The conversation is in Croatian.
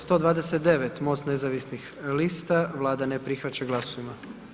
129, MOST nezavisnih lista, Vlada ne prihvaća, glasujmo.